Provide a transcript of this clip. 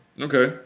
Okay